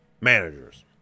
managers